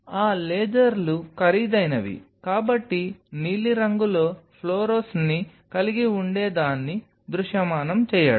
ఆ లేజర్లు ఖరీదైనవి కాబట్టి నీలిరంగులో ఫ్లోరోస్ని కలిగి ఉండేదాన్ని దృశ్యమానం చేయడం